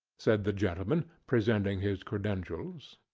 said the gentleman, presenting his credentials.